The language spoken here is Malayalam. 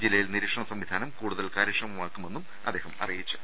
ജില്ലയിൽ നിരീ ക്ഷണ സംവിധാനം കൂടുതൽ കാര്യക്ഷമമാക്കുമെന്നും മന്ത്രി അറിയിച്ചു